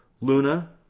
Luna